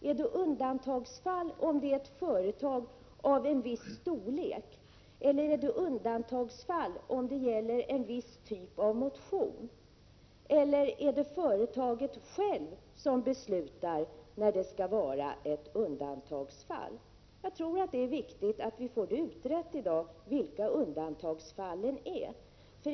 Är det ett undantagsfall om det är ett företag av viss storlek eller om det gäller en viss typ av motion, eller är det företaget självt som beslutar om när det skall vara ett undantagsfall? Jag tror att det är viktigt att få utrett i dag vilka undantagsfallen är.